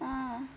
ah